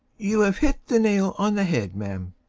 you have hit the nail on the head, ma'am.